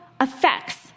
effects